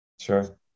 Sure